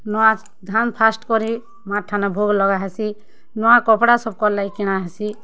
ନୂଆ ଧାନ୍ ଫାଷ୍ଟ୍ କରି ମାର୍ ଠାନେ ଭୋଗ୍ ଲଗାହେସି ନୂଆ କପଡ଼ା ସବକର୍ ଲାଗି କିଣାହେସି